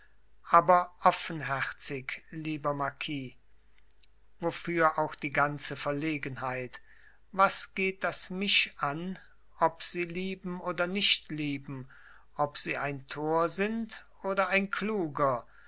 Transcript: aber offenherzig lieber marquis wofür auch die ganze verlegenheit was geht das mich an ob sie lieben oder nicht lieben ob sie ein tor sind oder ein kluger